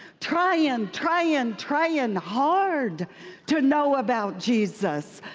trying, and trying, and trying hard to know about jesus,